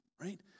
right